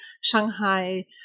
Shanghai